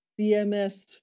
CMS